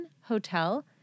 Hotel